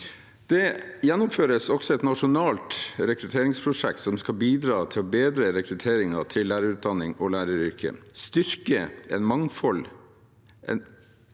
Det gjennomføres også et nasjonalt rekrutteringsprosjekt som skal bidra til å bedre rekrutteringen til lærerutdanningen og læreryrket, styrke en mangfoldig